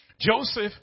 Joseph